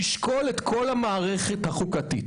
לשקול את כל המערכת החוקתית.